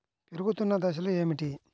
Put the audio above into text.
పెరుగుతున్న దశలు ఏమిటి?